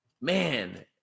Man